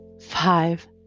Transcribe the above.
five